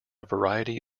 variety